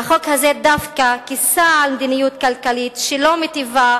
החוק הזה דווקא כיסה על מדיניות כלכלית שלא מיטיבה